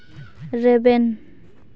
ᱨᱮᱵᱮᱱ